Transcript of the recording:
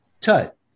Tut